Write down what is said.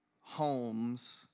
homes